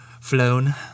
flown